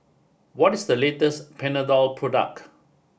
what is the latest Panadol product